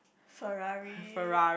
Ferrari